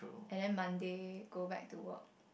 and then Monday go back to work